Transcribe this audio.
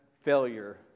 failure